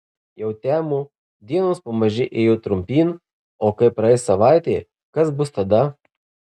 jau temo dienos pamaži ėjo trumpyn o kai praeis savaitė kas bus tada